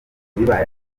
bibaye